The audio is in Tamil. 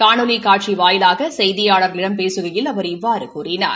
காணொலி காட்சி வாயிலாக செய்தியாளர்களிடம் பேசுகையில் அவர் இவ்வாறு கூறினார்